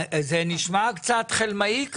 זה נשמע קצת חלמאי כזה.